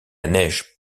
neige